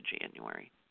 January